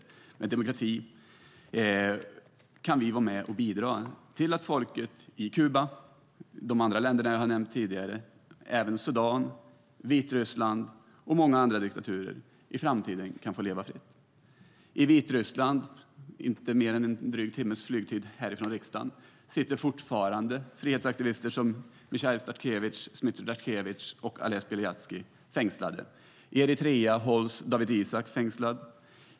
Med hjälp av demokrati kan vi vara med och bidra till att folk i såväl Kuba, Sudan, Vitryssland som många andra diktaturer kan leva ett fritt liv i framtiden. I Vitryssland - inte mer än en dryg timmes flygtid från riksdagen - sitter fortfarande fredsaktivister som Mikhail Statkevich, Zmitser Dashkevich och Ales Bjaljatski fängslade. I Eritrea hålls Dawit Isaak fängslad.